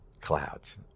Clouds